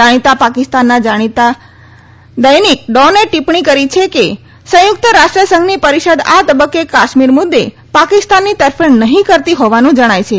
જાણીતા પાકિસ્તાનના જાણીતા દૈનિક ડોને ટિપ્પણી કરી છે કે સંયુક્ત રાષ્ટ્ર સંઘની પરિષદ આ તબક્કે કાશ્મીર મુદ્દે પાકિસ્તાનની તરફેણ નહીં કરતી હોવાનું જણાય છે